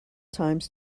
times